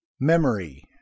Memory